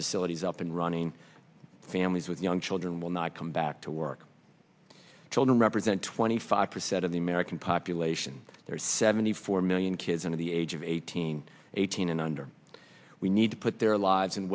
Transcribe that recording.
facilities up and running families with young children will not come back to work children represent twenty five percent of the american population there are seventy four million kids under the age of eighteen eighteen and under we need to put their lives and